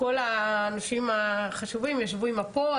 כל האנשים החשובים ישבו עם המפות,